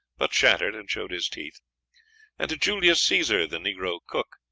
but chattered and showed his teeth and to julius caesar, the negro cook,